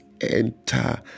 enter